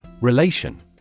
Relation